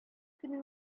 көнең